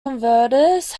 converters